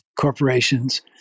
corporations